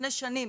לפני שנים,